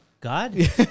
God